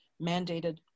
mandated